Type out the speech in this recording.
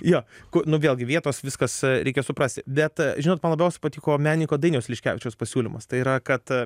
jo ku vėlgi vietos viskas reikia suprasti bet žinot man labiausiai patiko menininko dainiaus liškevičiaus pasiūlymas tai yra kad